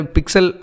Pixel